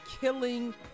killing